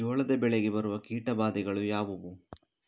ಜೋಳದ ಬೆಳೆಗೆ ಬರುವ ಕೀಟಬಾಧೆಗಳು ಯಾವುವು?